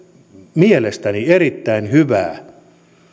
mielestäni erittäin hyvää